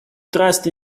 trust